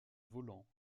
volants